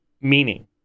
meaning